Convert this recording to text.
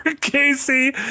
Casey